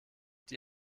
die